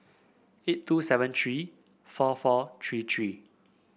eight two seven three four four three three